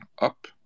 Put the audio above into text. up